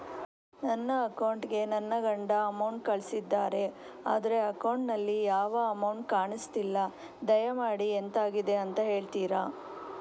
ನನ್ನ ಅಕೌಂಟ್ ಗೆ ನನ್ನ ಗಂಡ ಅಮೌಂಟ್ ಕಳ್ಸಿದ್ದಾರೆ ಆದ್ರೆ ಅಕೌಂಟ್ ನಲ್ಲಿ ಯಾವ ಅಮೌಂಟ್ ಕಾಣಿಸ್ತಿಲ್ಲ ದಯಮಾಡಿ ಎಂತಾಗಿದೆ ಅಂತ ಹೇಳ್ತೀರಾ?